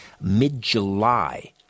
Mid-July